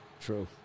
True